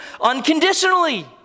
unconditionally